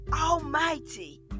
almighty